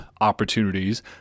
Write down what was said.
opportunities